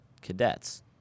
Cadets